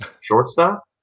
Shortstop